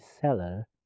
seller